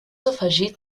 afegit